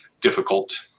difficult